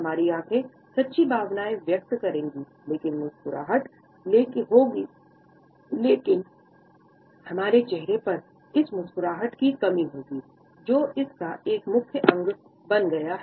हमारी आँखें सच्ची भावनाएँ व्यक्त करेंगी लेकिन मुस्कराहट होगी लेकिन हमारे चेहरे पर इस मुस्कराहट की कमी होगी जो इसका एक मुख्य अंग बन गया है